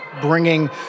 bringing